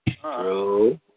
True